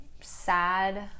sad